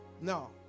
No